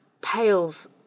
pales